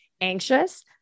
anxious